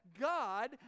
God